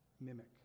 mimic